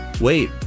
wait